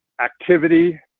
activity